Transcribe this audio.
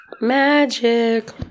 Magic